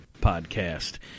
podcast